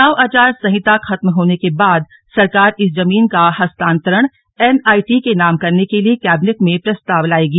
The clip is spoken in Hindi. चुनाव आचार संहिता खत्म होने के बाद सरकार इस जमीन का हस्तांतरण एनआईटी के नाम करने के लिए कैबिनेट में प्रस्ताव लाएगी